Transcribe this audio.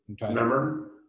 remember